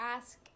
ask –